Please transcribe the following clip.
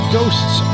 Ghosts